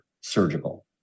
surgical